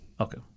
Okay